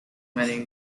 many